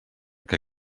que